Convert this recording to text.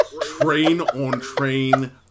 train-on-train